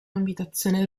abitazione